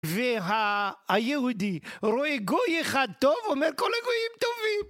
והיהודי רואה גוי אחד טוב אומר כל הגויים טובים